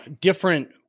different